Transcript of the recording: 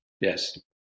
Yes